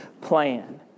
plan